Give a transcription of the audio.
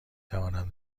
توانم